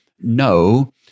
no